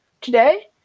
today